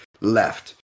left